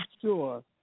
sure